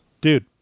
dude